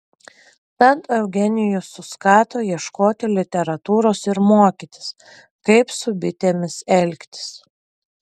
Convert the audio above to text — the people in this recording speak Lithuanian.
tad eugenijus suskato ieškoti literatūros ir mokytis kaip su bitėmis elgtis